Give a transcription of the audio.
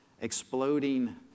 exploding